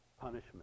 punishment